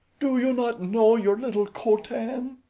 do you not know your little co-tan?